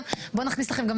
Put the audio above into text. אז בואו נכניס לכם עוד משהו,